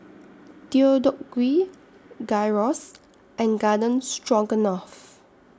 Deodeok Gui Gyros and Garden Stroganoff